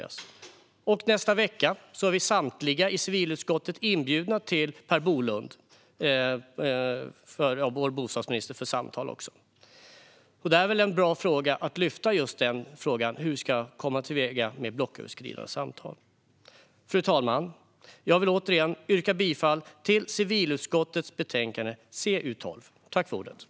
Nästa vecka är också samtliga i civilutskottet inbjudna till bostadsminister Per Bolund för samtal. Då är väl en bra fråga att lyfta just den om hur vi ska gå till väga för att få till stånd blocköverskridande samtal. Fru talman! Jag vill återigen yrka bifall till civilutskottets förslag i betänkande CU12.